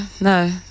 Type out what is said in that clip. no